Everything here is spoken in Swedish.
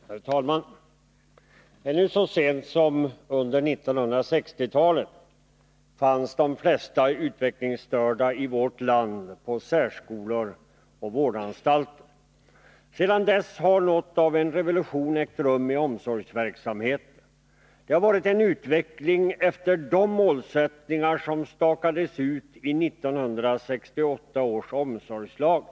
Herr talman! Ännu så sent som under 1960-talet fanns de flesta utvecklingsstörda i vårt land i särskolor och på vårdanstalter. Sedan dess har något av en revolution ägt rum i omsorgsverksamheten. Det har varit en utveckling efter de målsättningar som stakades ut i 1968 års omsorgslag.